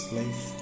life